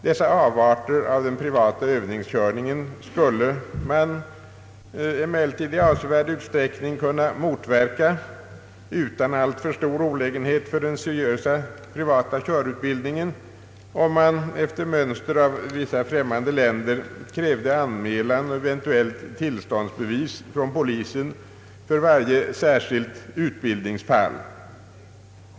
Dessa avarter av den privata övningskörningen skulle emellertid i avsevärd utsträckning kunna motverkas utan alltför stora olägenheter för den seriösa privata körutbildningen, om man efter mönster från vissa främmande länder krävde anmälan och eventuellt tillståndsbevis från polisen för varje särskilt utbildningsfall.